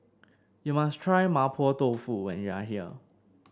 you must try Mapo Tofu when you are here